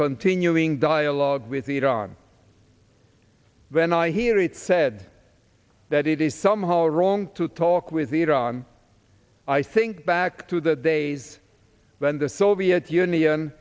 continuing dialogue with iran when i hear it said that it is somehow wrong to talk with iran i think back to the days when the soviet union